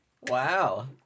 Wow